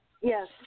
Yes